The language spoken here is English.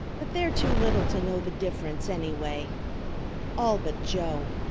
but they are too little to know the difference anyway all but joe.